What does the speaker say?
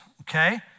okay